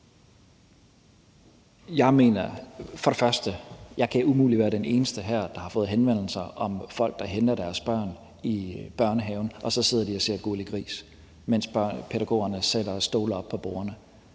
jeg mener for det første, at jeg umuligt kan være den eneste her, der har fået henvendelser fra folk, der henter deres børn i børnehaven, og så sidder børnene og ser »Gurli Gris«, mens pædagogerne sætter stole op på bordene.